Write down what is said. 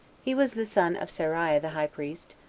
he was the son of seraiah the high priest,